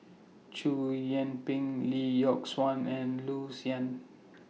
Chow Yian Ping Lee Yock Suan and Loo Zihan